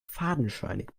fadenscheinig